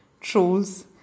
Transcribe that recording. Trolls